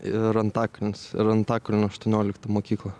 ir antakalnis ir antakalnio aštuoniolikta mokykla